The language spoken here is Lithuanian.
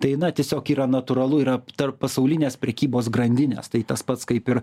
tai na tiesiog yra natūralu yra tarp pasaulinės prekybos grandinės tai tas pats kaip ir